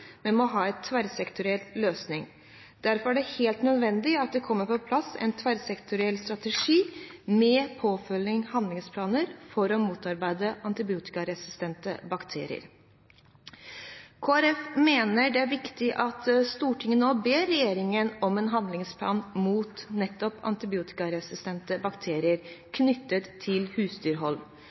men må ha en tverrsektoriell løsning. Derfor er det helt nødvendig at det kommer på plass en tverrsektoriell strategi med påfølgende handlingsplaner for å motarbeide antibiotikaresistente bakterier. Kristelig Folkeparti mener det er viktig at Stortinget nå ber regjeringen om en handlingsplan mot nettopp antibiotikaresistente bakterier knyttet til husdyrhold.